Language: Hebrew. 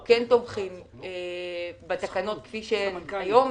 אנחנו כן תומכים בתקנות כפי שהן כיום,